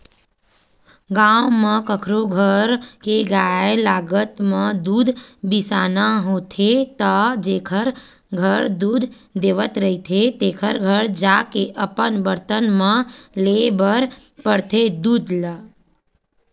गाँव म कखरो घर के गाय लागब म दूद बिसाना होथे त जेखर घर दूद होवत रहिथे तेखर घर जाके अपन बरतन म लेय बर परथे दूद ल